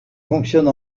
fonctionne